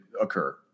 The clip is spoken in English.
occur